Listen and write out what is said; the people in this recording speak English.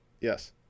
Yes